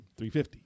$350